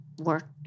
work